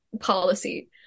policy